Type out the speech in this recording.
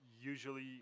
usually